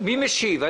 מי משיב?